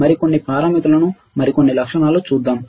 మరికొన్ని పారామితులను మరికొన్ని లక్షణాలు చూద్దాం